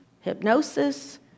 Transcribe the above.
hypnosis